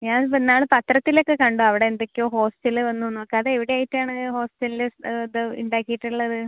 ഞാൻ ഇപ്പം ഇന്നാൾ പത്രത്തിലൊക്കെ കണ്ടു അവിടെ എന്തൊക്കെയോ ഹോസ്റ്റൽ വന്നു എന്നൊക്കെ അത് എവിടെയായിട്ടാണ് ഹോസ്റ്റൽ അത് ഉണ്ടാക്കിയിട്ടുള്ളത്